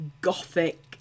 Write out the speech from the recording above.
gothic